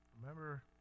Remember